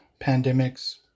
pandemics